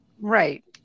Right